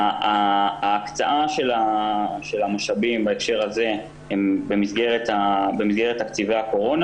ההקצאה של המשאבים בהקשר הזה הם במסגרת תקציבי הקורונה